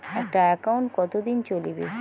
একটা একাউন্ট কতদিন চলিবে?